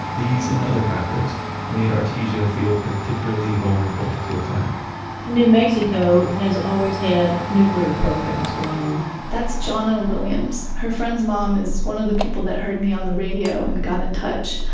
these and other factors made artesia feel practically vulnerable to attack new mexico has always had nuclear programs going on that's jana williams. her friend's mom is one of the people that heard me on the radio and got in touch.